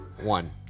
one